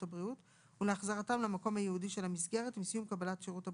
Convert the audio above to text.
הבריאות ולהחזרתם למקום הייעודי של המסגרת עם סיום קבלת שרות הבריאות,